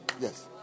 Yes